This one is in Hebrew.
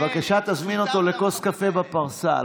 בבקשה תזמין אותו לכוס קפה בפרסה,